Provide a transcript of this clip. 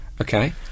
Okay